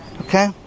okay